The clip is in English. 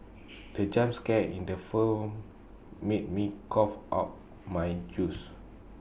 the jump scare in the film made me cough out my juice